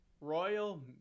royal